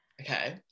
Okay